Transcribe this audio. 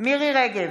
מירי מרים רגב,